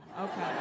okay